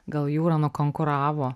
gal jūra nukonkuravo